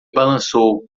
balançou